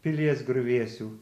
pilies griuvėsių